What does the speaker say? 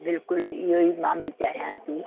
बिल्कुलु इहो ई मां बि चाहियां थी